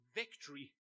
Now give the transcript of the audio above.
victory